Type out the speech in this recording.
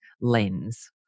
lens